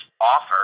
offer